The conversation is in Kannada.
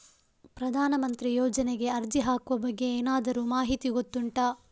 ಪ್ರಧಾನ ಮಂತ್ರಿ ಯೋಜನೆಗೆ ಅರ್ಜಿ ಹಾಕುವ ಬಗ್ಗೆ ಏನಾದರೂ ಮಾಹಿತಿ ಗೊತ್ತುಂಟ?